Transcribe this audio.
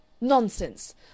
Nonsense